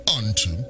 unto